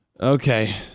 Okay